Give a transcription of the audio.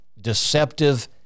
deceptive